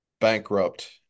bankrupt